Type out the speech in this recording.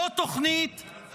לא תוכנית,